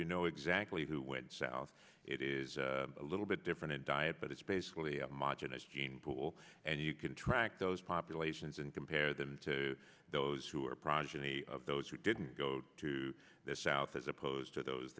you know exactly who went south it is a little bit different a diet but it's basically a margin it's gene pool and you can track those populations and compare them to those who are progeny of those who didn't go to the south as opposed to those